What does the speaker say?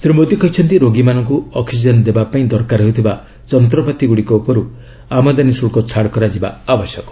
ଶ୍ରୀ ମୋଦି କହିଛନ୍ତି ରୋଗୀମାନଙ୍କୁ ଅକ୍ଟିଜେନ୍ ଦେବାପାଇଁ ଦରକାର ହେଉଥିବା ଯନ୍ତ୍ରପାତିଗୁଡ଼ିକ ଉପରୁ ଆମଦାନୀ ଶ୍ରୁଳ୍କ ଛାଡ଼ କରାଯିବା ଆବଶ୍ୟକ